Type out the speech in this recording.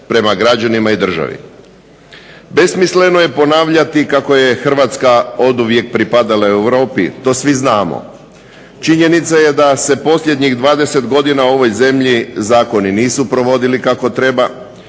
prema građanima i državi. Besmisleno je kazati kako je Hrvatska oduvijek pripadala Europi, to svi znamo. Činjenica je da se posljednjih 20 godina u ovoj zemlji zakoni nisu provodili kako treba,